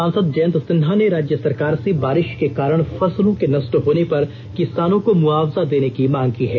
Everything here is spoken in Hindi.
सांसद जयंत सिन्हा ने राज्य सरकार से बारिष के कारण फसलों के नष्ट होने पर किसानों को मुआवजा देने की मांग की है